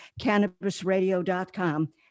CannabisRadio.com